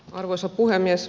arvoisa puhemies